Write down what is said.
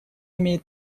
имеет